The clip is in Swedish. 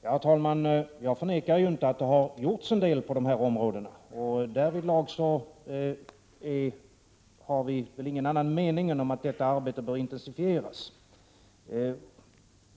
Herr talman! Jag förnekar inte att det har gjorts en del på dessa områden. Därvidlag har vi väl ingen annan mening än att detta arbete bör intensifieras.